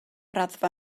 raddfa